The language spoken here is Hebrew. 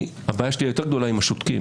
הבעיה שלי יותר גדול עם השותקים.